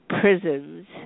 prisons